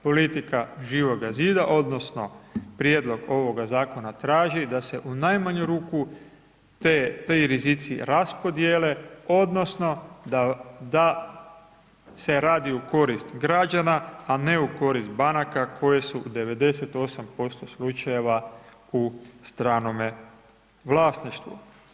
Politika Živoga zida, odnosno, prijedlog ovoga zakona traži, da se u najmanju ruku, ti rizici raspodjele odnosno da da se radi u korist građana, a ne u korist banaka, koje su 98% slučajeva u stranome vlasništvu.